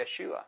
Yeshua